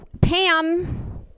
Pam